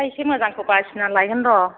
दा एसे मोजांखौ बासिना लायगोन र'